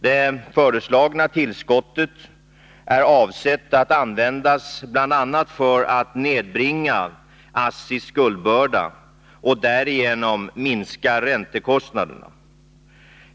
Det föreslagna tillskottet är avsett att användas bl.a. för att nedbringa ASSI:s skuldbörda och därigenom minska räntekostnaderna.